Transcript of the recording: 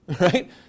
right